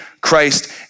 Christ